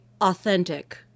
authentic